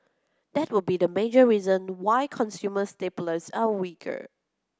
that would be the major reason why consumer are weaker